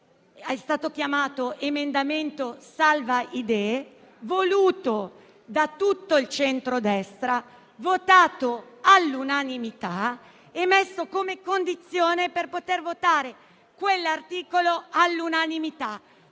è stato chiamato emendamento salva idee, voluto da tutto il centrodestra, votato all'unanimità, e posto come condizione per poter votare quell'articolo all'unanimità.